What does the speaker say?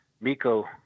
Miko